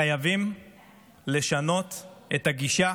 חייבים לשנות את הגישה